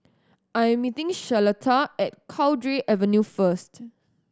I am meeting Charlotta at Cowdray Avenue first